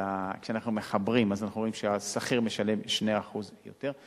כשאנחנו מחברים אז אנחנו רואים שהשכיר משלם 2% יותר.